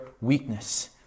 weakness